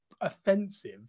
offensive